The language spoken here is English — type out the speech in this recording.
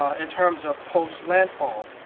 ah in terms of post-landfall,